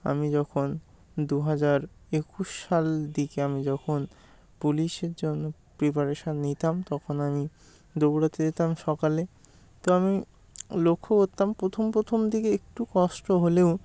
আমি যখন দু হাজার একুশ সাল দিকে আমি যখন পুলিশের জন্য প্রিপারেশন নিতাম তখন আমি দৌড়াতে যেতাম সকালে তো আমি লক্ষ্য করতাম প্রথম প্রথম দিকে একটু কষ্ট হলেও